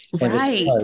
Right